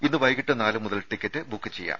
ഇന്ന് വൈകീട്ട് നാലു മുതൽ ടിക്കറ്റ് ബുക്ക് ചെയ്യാം